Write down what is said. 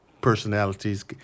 personalities